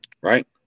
right